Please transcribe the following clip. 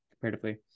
comparatively